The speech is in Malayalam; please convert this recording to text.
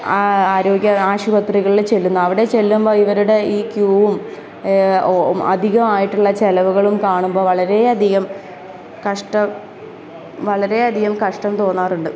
ആരോഗ്യ ആശുപത്രികളിൽ ചെല്ലുന്നു അവിടെ ചെല്ലുമ്പോൾ ഇവരുടെ ഈ ക്യൂവും അധികമായിട്ടുള്ള ചെലവുകളും കാണുമ്പോൾ വളരെയധികം കഷ്ടം വളരെയധികം കഷ്ടം തോന്നാറുണ്ട്